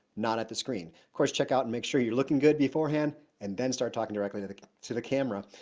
not at the screen. of course check out and make sure you're looking good beforehand and then start talking directly to the to the camera.